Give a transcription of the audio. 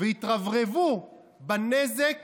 והתרברבו בנזק